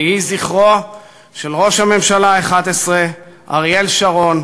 יהי זכרו של ראש הממשלה ה-11, אריאל שרון,